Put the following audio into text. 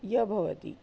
य भवति